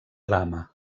dama